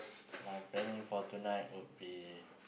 my planning for tonight would be